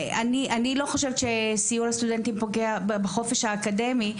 אני לא חושבת שסיוע לסטודנטים פוגע בחופש האקדמי.